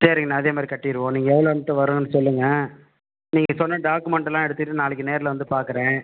சேரிண்ணா அதேமாதிரி கட்டிடுவோம் நீங்கள் எவ்வளோன்ட்டு வரும்னு சொல்லுங்கள் நீங்கள் சொன்ன டாக்குமெண்ட்டுலாம் எடுத்துட்டு நாளைக்கு நேரில் வந்து பார்க்குறேன்